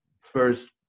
first